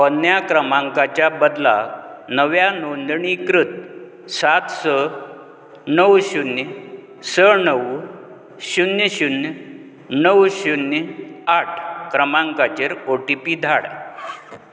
पोरन्या क्रमांकाच्या बदला नव्या नोंदणीकृत सात स णव शुन्य स णव शुन्य शुन्य णव शुन्य आठ क्रमांकाचेर ओटिपी धाड